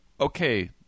Okay